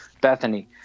bethany